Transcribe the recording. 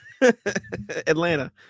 Atlanta